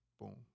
Boom